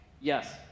Yes